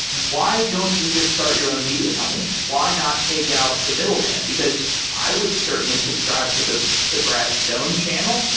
why don't you just start your own media company? why not take out the middleman? because i would certainly subscribe to the the brad stone channel,